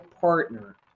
partner